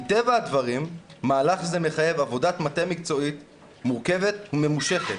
מטבע הדברים מהלך זה מחייב עבודת מטה מקצועית מורכבת וממושכת,